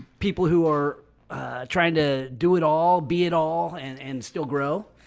people who are trying to do it all be at all and and still grow?